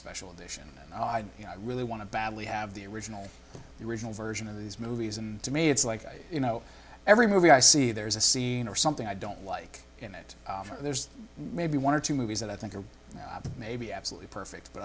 special edition and i really want to badly have the original you original version of these movies and to me it's like you know every movie i see there's a scene or something i don't like in it there's maybe one or two movies that i think are maybe absolutely perfect but